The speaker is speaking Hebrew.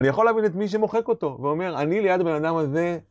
אני יכול להבין את מי שמוחק אותו ואומר, אני ליד הבנאדם הזה...